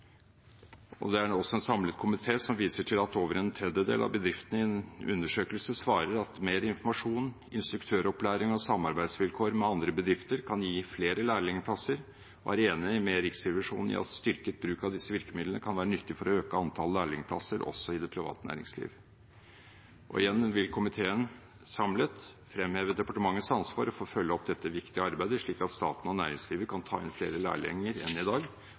Det er også en samlet komité som viser til at over en tredjedel av bedriftene i en undersøkelse svarer at mer informasjon, instruktøropplæring og samarbeidsvilkår med andre bedrifter kan gi flere lærlingplasser, og er enig med Riksrevisjonen i at styrket bruk av disse virkemidlene kan være nyttig for å øke antallet lærlingplasser, også i det private næringsliv. Igjen vil komiteen samlet fremheve departementets ansvar for å følge opp dette viktige arbeidet, slik at staten og næringslivet kan ta inn flere lærlinger enn i dag,